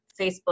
Facebook